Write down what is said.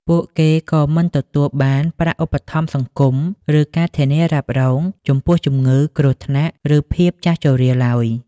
ពួកគេក៏មិនទទួលបានប្រាក់ឧបត្ថម្ភសង្គម ឬការធានារ៉ាប់រងចំពោះជំងឺ គ្រោះថ្នាក់ ឬភាពចាស់ជរាឡើយ។